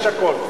יש הכול.